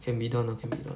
can be done ah can be done